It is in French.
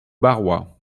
barrois